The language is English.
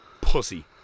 pussy